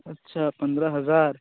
अच्छा पन्द्रा हज़ार